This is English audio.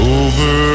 over